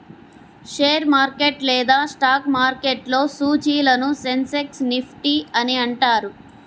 share market లేదా stock మార్కెట్లో సూచీలను సెన్సెక్స్, నిఫ్టీ అని అంటారు